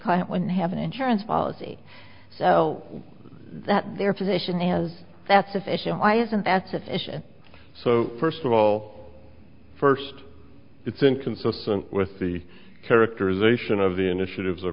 when have an insurance policy so that their position is that sufficient why isn't that sufficient so first of all first it's inconsistent with the characterization of the initiatives